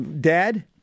Dad